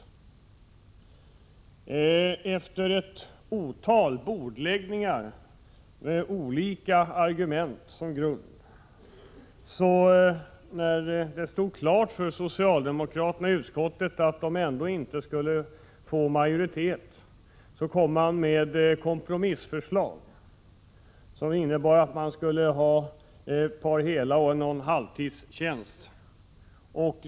Det blev ett otal bordläggningar med olika argument som grund. När det stod klart för socialdemokraterna i utskottet att de ändå inte skulle få majoritet kom de med kompromissförslag som innebar att man skulle inrätta ett par heltidstjänster och någon halvtidstjänst.